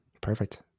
Perfect